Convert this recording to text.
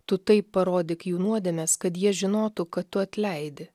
tu taip parodyk jų nuodėmes kad jie žinotų kad tu atleidi